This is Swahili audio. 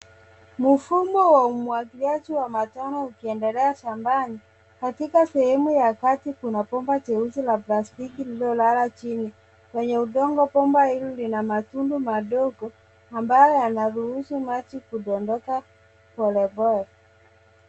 Mfumo wa umwangiliaji wa matone ukiendelea shambani. Katika sehemu ya ndani kuna bomba jeusi la plastiki lililolala chini. Kwenye udongo bomba hili lina matundu madogo ambayo yanaruhusu maji kudondoka polepole.